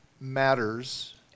matters